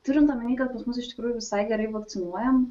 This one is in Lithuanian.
turint omeny kad pas mus iš tikrųjų visai gerai vakcinuojam